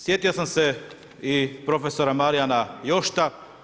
Sjetio sam se i profesora Marijana Jošta.